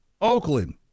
Oakland